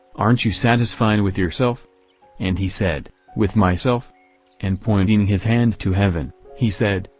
aren't you satisfied with yourself and he said, with myself and pointing his hand to heaven, he said,